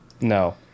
no